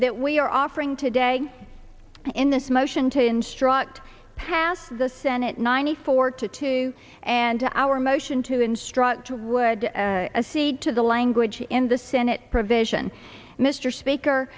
that we are offering today in this motion to instruct passed the senate ninety four to two and our motion to instructor would a seat to the language in the senate provision mr speaker